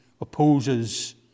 opposes